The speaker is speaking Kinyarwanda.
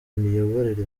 miyoborere